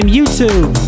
YouTube